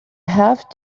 have